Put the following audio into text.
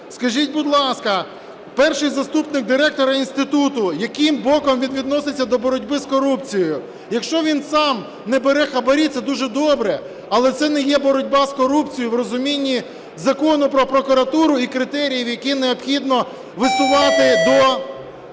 Скажіть, будь ласка, перший заступник директора інституту, яким боком він відноситься до боротьби з корупцією? Якщо він сам не бере хабарі, це дуже добре, але це не є боротьба з корупцією в розумінні Закону "Про прокуратуру" і критеріїв, які необхідно висувати до